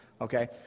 okay